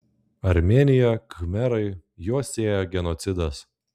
armėnija khmerai juos sieja genocidas